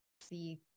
see